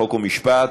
חוק ומשפט.